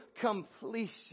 completion